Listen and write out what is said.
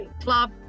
Club